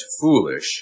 foolish